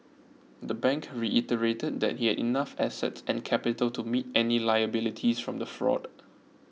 the bank reiterated that it had enough assets and capital to meet any liabilities from the fraud